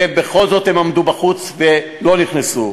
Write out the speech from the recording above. ובכל זאת הם עמדו בחוץ ולא נכנסו.